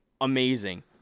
Amazing